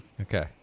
Okay